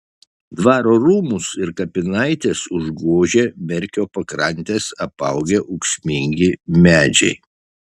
dvaro rūmus ir kapinaites užgožia merkio pakrantes apaugę ūksmingi medžiai